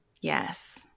Yes